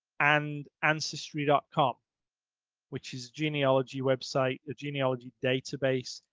and ancestry dot com which is genealogy website a genealogy database.